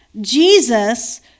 Jesus